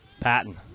Patton